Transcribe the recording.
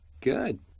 Good